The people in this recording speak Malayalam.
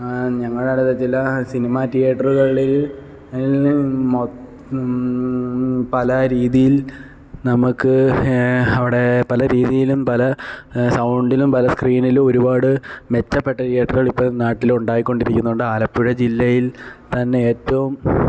ഞങ്ങളുടെ ജില്ലാ സിനിമ തിയേറ്ററുകളിൽ പല രീതിയിൽ നമുക്ക് അവിടെ പല രീതിയിലും പല സൗണ്ടിലും പല സ്ക്രീനിലും ഒരുപാട് മെച്ചപ്പെട്ട തിയേറ്ററുകളിപ്പം നാട്ടിലുണ്ടായി കൊണ്ടിരിക്കുന്നുണ്ട് ആലപ്പുഴ ജില്ലയിൽ തന്നെ ഏറ്റവും